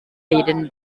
baden